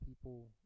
people